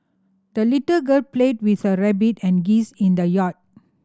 the little girl played with her rabbit and geese in the yard